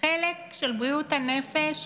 החלק של בריאות הנפש